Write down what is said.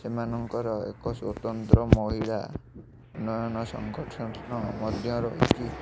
ସେମାନଙ୍କର ଏକ ସ୍ୱତନ୍ତ୍ର ମହିଳା ଉନ୍ନୟନ ମଧ୍ୟ ରହିଛି